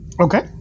Okay